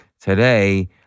today